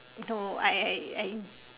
no I I I